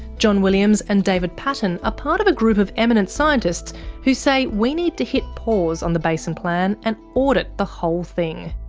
john williams and david paton are ah part of a group of eminent scientists who say we need to hit pause on the basin plan, and audit the whole thing.